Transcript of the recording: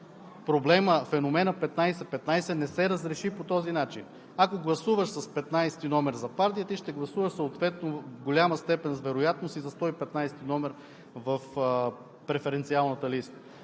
проблемът – „феноменът 15/15“, не се разреши по този начин. Ако гласуваш с петнадесети номер за партия, ти ще гласуваш съответно в голяма степен с вероятност и за сто и петнадесети номер в преференциалната листа.